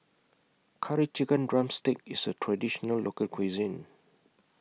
Curry Chicken Drumstick IS A Traditional Local Cuisine